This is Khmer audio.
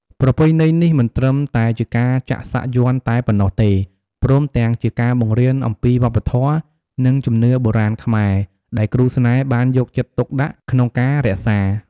ប្រពៃណីនេះមិនត្រឹមតែជាការចាក់សាក់យន្តតែប៉ុណ្ណោះទេ ព្រមទាំងជាការបង្រៀនអំពីវប្បធម៌ និងជំនឿបុរាណខ្មែរ ដែលគ្រូស្នេហ៍បានយកចិត្តទុកដាក់ក្នុងការរក្សា។